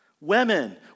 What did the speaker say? Women